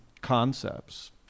concepts